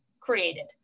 created